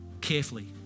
carefully